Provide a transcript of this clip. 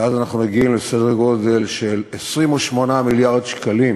ואז אנחנו מגיעים לסדר גודל של 28 מיליארד שקלים